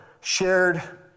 shared